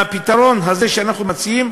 הפתרון הזה שאנחנו מציעים,